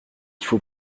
faut